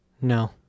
No